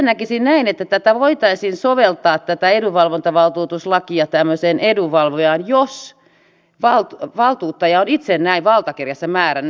itse näkisin että tätä edunvalvontavaltuutuslakia voitaisiin soveltaa tämmöiseen edunvalvojaan jos valtuuttaja on itse näin valtakirjassa määrännyt